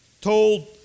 told